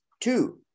two